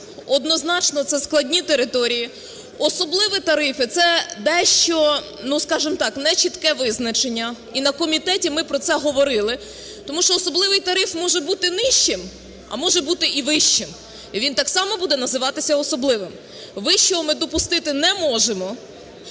Однозначно це складні території. Особливі тарифи – це дещо, ну, скажемо так, нечітке визначення, і на комітеті ми про це говорили. Тому що особливий тариф може бути нижчим, а може бути і вищим, і він так само буде називатися особливим. Вищого ми допустити не можемо.